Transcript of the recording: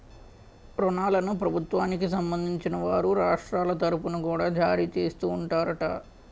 ఋణాలను ప్రభుత్వానికి సంబంధించిన వారు రాష్ట్రాల తరుపున కూడా జారీ చేస్తూ ఉంటారట